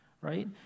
right